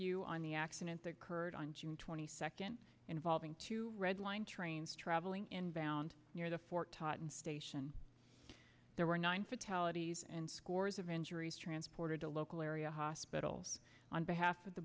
you on the accident that occurred on june twenty second involving two red line trains traveling in bound near the fort totten station there were nine fatalities and scores of injuries transported to local area hospitals on behalf of the